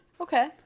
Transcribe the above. Okay